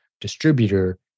distributor